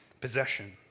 possession